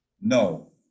No